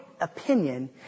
opinion